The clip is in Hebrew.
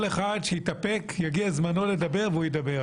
כל אחד שיתאפק, יגיע זמנו לדבר, והוא ידבר.